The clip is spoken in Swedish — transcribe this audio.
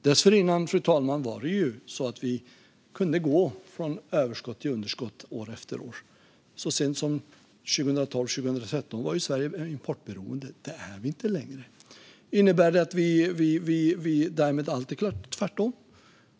Dessförinnan kunde vi gå från överskott till underskott år efter år. Så sent som 2012/13 var Sverige importberoende, men det är vi inte längre.